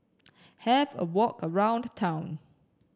have a walk around town